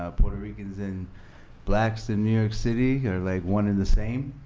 ah puerto ricans and blacks in new york city are like one and the same.